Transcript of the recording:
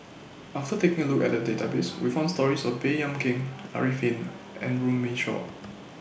after taking A Look At The Database We found stories about Baey Yam Keng Arifin and Runme Shaw